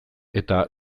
eta